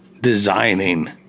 designing